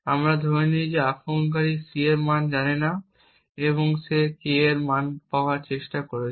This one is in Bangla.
আমরা ধরে নিই যে আক্রমণকারী C এর মান জানে না এবং সে K এর মান পাওয়ার চেষ্টা করছে